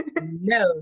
No